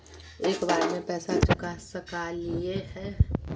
एक बार में पैसा चुका सकालिए है?